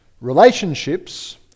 Relationships